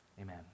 amen